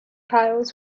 piles